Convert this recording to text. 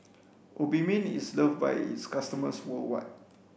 obimin is loved by its customers worldwide